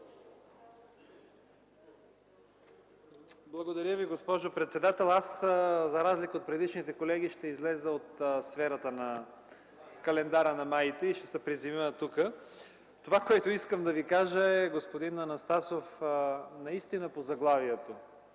Благодаря Ви, госпожо председател. За разлика от предишните колеги, ще изляза от сферата на календара на маите и ще се приземя тук. Това, което искам да Ви кажа, господин Анастасов, е наистина по заглавието.